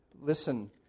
listen